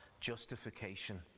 justification